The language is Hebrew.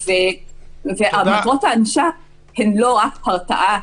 ומטרות הענישה הן לא רק הרתעה,